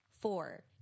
Four